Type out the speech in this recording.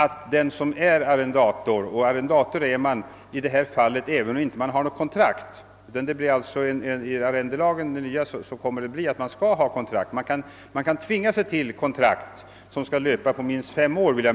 I dagens läge är även den som inte har något kontrakt arrendator, men enligt den nya lagen skall alla kunna påfordra kontrakt, vilka skall löpa på minst fem år.